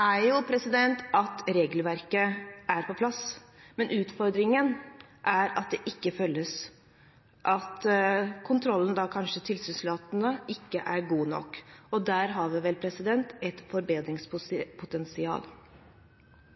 er at regelverket er på plass, men utfordringen er at det ikke følges, at kontrollen kanskje tilsynelatende ikke er god nok. Der har vi vel et forbedringspotensial.